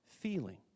feeling